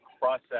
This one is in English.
process